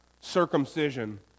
circumcision